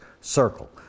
circle